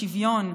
השוויון,